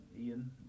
Ian